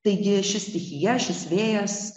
taigi ši stichija šis vėjas